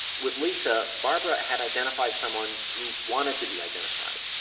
with lisa, barbara had identified someone who wanted to be identified.